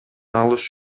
алыш